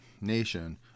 nation